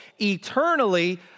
eternally